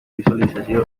bisualizazio